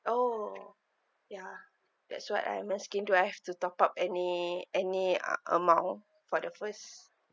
oh ya that's why I'm asking do I have to top up any any a~ amount for the first